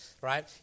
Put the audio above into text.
Right